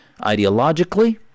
ideologically